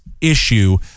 issue